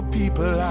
people